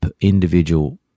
individual